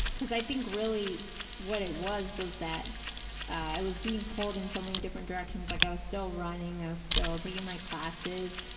i think really what it was was that i was being pulled in so many different directions like i was still running. i was still taking my classes.